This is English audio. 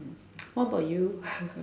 what about you